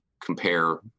compare